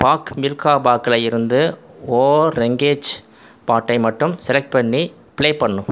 பாக் மில்கா பாக்கில் இருந்து ஓ ரங்கேஜ் பாட்டை மட்டும் செலக்ட் பண்ணி பிளே பண்ணு